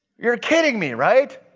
you're kidding me, right?